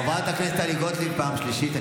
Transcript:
חברת הכנסת טלי גוטליב, פעם שלישית.